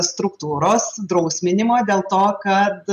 struktūros drausminimo dėl to kad